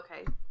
okay